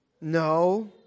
No